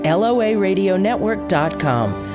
loaradionetwork.com